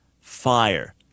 fire